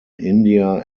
india